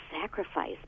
sacrifice